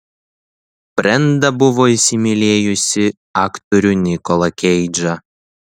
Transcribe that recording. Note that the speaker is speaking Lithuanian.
brenda buvo įsimylėjusi aktorių nikolą keidžą